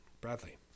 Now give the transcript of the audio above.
bradley